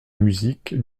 musique